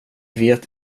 vet